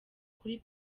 kuri